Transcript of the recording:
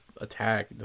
attack